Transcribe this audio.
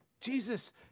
Jesus